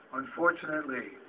unfortunately